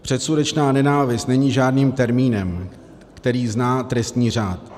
Předsudečná nenávist není žádným termínem, který zná trestní řád.